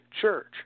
church